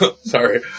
sorry